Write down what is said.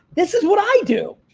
this is what i do.